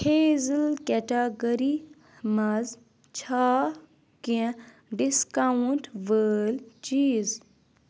hazel category منٛز چھا کینٛہہ ڈسکاونٛٹ وٲلۍ چیٖز